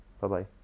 Bye-bye